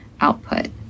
output